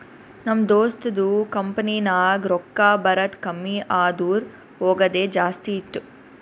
ನಮ್ ದೋಸ್ತದು ಕಂಪನಿನಾಗ್ ರೊಕ್ಕಾ ಬರದ್ ಕಮ್ಮಿ ಆದೂರ್ ಹೋಗದೆ ಜಾಸ್ತಿ ಇತ್ತು